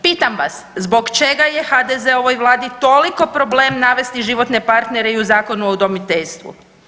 Pitam vas, zbog čega je HDZ-ovoj vladi toliko problem navesti životne partnere i u Zakonu o udomiteljstvu.